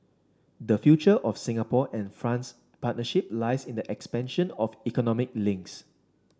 the future of Singapore and France partnership lies in the expansion of economic links